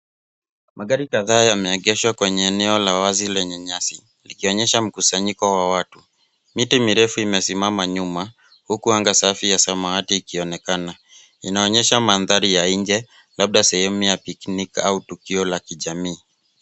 Magari kadhaa yameegeshwa kwenye eneo la wazi lenye nyasi likionyesha mkusanyiko wa watu. Miti mirefu imesimama nyuma huku anga safi ya samawati ikionekana. Inaonyesha mandhari ya nje labda sehemu ya picnic au tukio la kijamii.